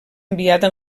enviada